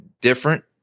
different